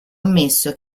ammesso